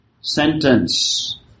sentence